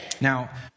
Now